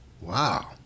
Wow